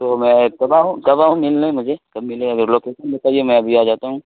تو میں کب آؤں کب آؤں ملنے مجھے کب ملیں اگر لوکیسن بتائیے میں ابھی آ جاتا ہوں